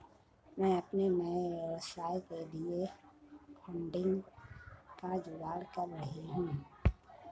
मैं अपने नए व्यवसाय के लिए फंडिंग का जुगाड़ कर रही हूं